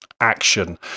action